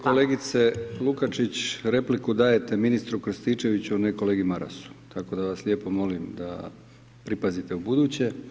Kolegice Lukačić repliku dajete ministru Krstičeviću a ne kolegi Marasu, tako da vas lijepo molim da pripazite ubuduće.